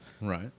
Right